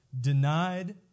denied